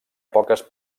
poques